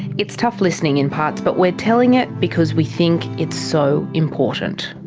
it's tough listening in parts, but we're telling it because we think it's so important.